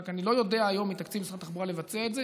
רק אני לא יודע היום מתקציב משרד התחבורה לבצע את זה.